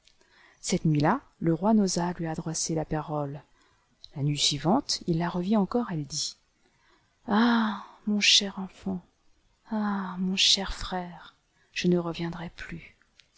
cette nuit-là le roi n'osa lui adresser la parole la nuit suivante il la revit encore elle dit ah mon cher enfant ah mon cher frère je ne reviendrai plus